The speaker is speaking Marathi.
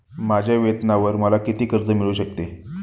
माझ्या वेतनावर मला किती कर्ज मिळू शकते?